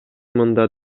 мында